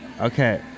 Okay